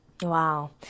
Wow